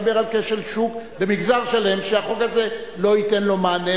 דיבר על כשל שוק במגזר שלם שהחוק הזה לא ייתן לו מענה,